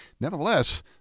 Nevertheless